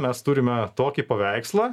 mes turime tokį paveikslą